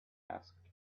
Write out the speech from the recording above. asked